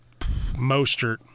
Mostert